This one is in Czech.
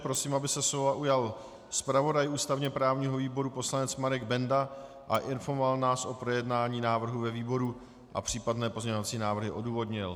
Prosím, aby se slova ujal zpravodaj ústavněprávního výboru poslanec Marek Benda a informoval nás o projednání návrhu ve výboru a případné pozměňovací návrhy odůvodnil.